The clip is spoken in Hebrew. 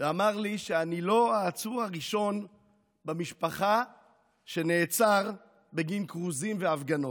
ואמר לי שאני לא העצור הראשון במשפחה שנעצר בגין כרוזים והפגנות: